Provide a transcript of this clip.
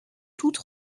toute